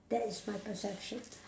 that is my perception